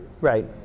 Right